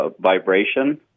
vibration